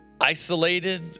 isolated